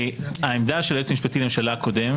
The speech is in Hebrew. העמדה של היועץ המשפטי לממשלה הקודם,